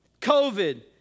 COVID